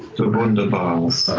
to wunderbars.